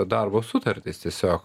darbo sutartys tiesiog